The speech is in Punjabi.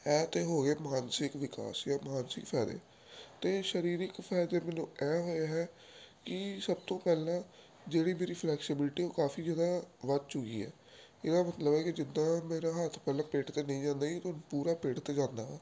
ਇਹ ਤਾਂ ਹੋ ਗਏ ਮਾਨਸਿਕ ਵਿਕਾਸ ਜਾਂ ਮਾਨਸਿਕ ਫਾਇਦੇ ਅਤੇ ਸਰੀਰਿਕ ਫਾਇਦੇ ਮੈਨੂੰ ਇਹ ਹੋਏ ਹੈ ਕਿ ਸਭ ਤੋਂ ਪਹਿਲਾਂ ਜਿਹੜੀ ਮੇਰੀ ਫਲੈਕਸੀਬਿਲਿਟੀ ਉਹ ਕਾਫੀ ਜ਼ਿਆਦਾ ਵੱਧ ਚੁੱਕੀ ਹੈ ਇਹਦਾ ਮਤਲਬ ਹੈ ਕਿ ਜਿੱਦਾਂ ਮੇਰਾ ਹੱਥ ਪਹਿਲਾਂ ਪਿੱਠ 'ਤੇ ਨਹੀਂ ਜਾਂਦਾ ਸੀ ਹੁਣ ਪੂਰਾ ਪਿੱਠ 'ਤੇ ਜਾਂਦਾ ਹੈ